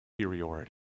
superiority